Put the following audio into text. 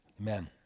Amen